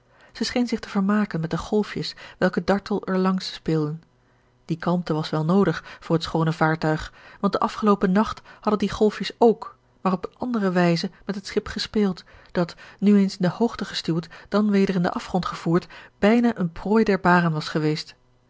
zij scheen zich te vermaken met de golfjes welke dartel er langs speelden die kalmte was wel noodig voor het schoone vaartuig want den afgeloopen nacht hadden die golfjes ook maar op eene andere wijze met het schip gespeeld dat nu eens in de hoogte gestuwd dan weder in den afgrond gevoerd bijna eene prooi der baren was geweest